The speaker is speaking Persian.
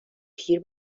پیر